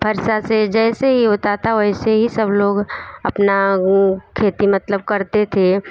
फरसा से जैसे ही होता था वैसे ही सब लोग अपना खेती मतलब करते थे